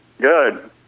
Good